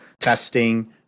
testing